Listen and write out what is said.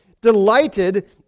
delighted